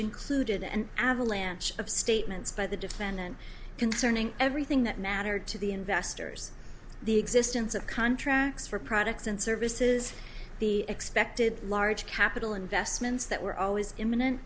included an avalanche of statements by the defendant concerning everything that mattered to the investors the existence of contracts for products and services the expected large capital investments that were always imminent